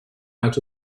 out